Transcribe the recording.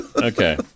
Okay